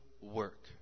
work